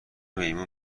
میمون